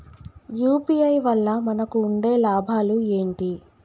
UPI వల్ల మనకు ఉండే లాభాలు ఏంటి?